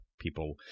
People